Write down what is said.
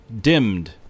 dimmed